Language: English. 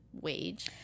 Wage